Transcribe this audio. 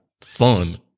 fun